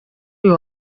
uyu